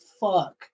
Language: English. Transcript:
fuck